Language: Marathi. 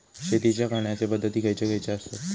शेतीच्या करण्याचे पध्दती खैचे खैचे आसत?